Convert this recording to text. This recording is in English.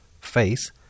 face